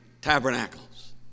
tabernacles